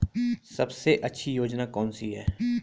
सबसे अच्छी योजना कोनसी है?